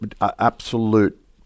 absolute